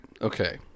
Okay